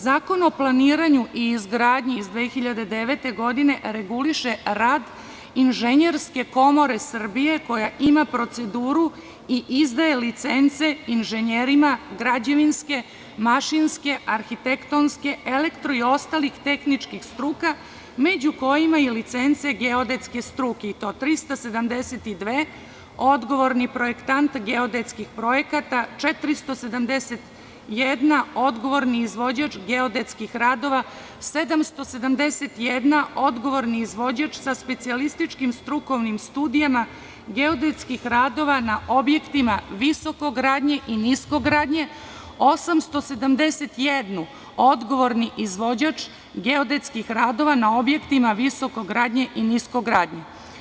Zakon o planiranju i izgradnji iz 2009. godine reguliše rad Inženjerske komore Srbije koja ima proceduru i izdaje licence inženjerima građevinske, mašinske, arhitektonske, elektro i ostalih tehničkih struka, među kojima i licence geodetske struke, i to 372 – odgovorni projektant geodetskih projekata, 471 - odgovorni izvođač geodetskih radova, 771 – odgovorni izvođač sa specijalističkim strukovnim studijama geodetskih radova na objektima visokogradnje i niskogradnje, 871 – odgovorni izvođač geodetskih radova na objektima visokogradnje i niskogradnje.